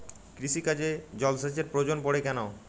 কৃষিকাজে জলসেচের প্রয়োজন পড়ে কেন?